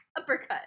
Uppercut